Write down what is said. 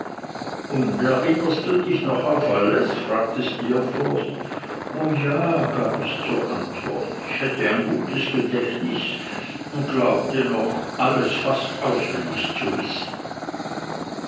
und erinnerst du dich noch auf alles fragte steerforth o ja gab ich zur antwort ich hätte ein gutes gedächtnis und glaubte noch alles fast auswendig zu wissen